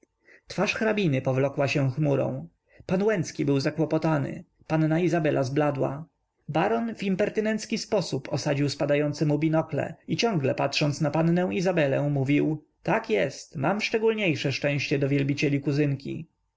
twarz hrabiny powlokła się chmurą pan łęcki był zakłopotany panna izabela zbladła baron w impertynencki sposób osadził spadające mu binokle i ciągle patrząc na pannę izabelę mówił tak jest mam szczególniejsze szczęście do wielbicieli kuzynki